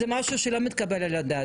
זה משהו שלא מתקבל על הדעת.